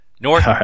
North